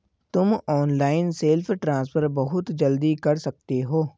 तुम online self transfer बहुत जल्दी कर सकते हो